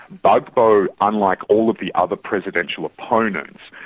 gbagbo unlike all of the other presidential opponents,